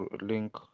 link